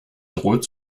droht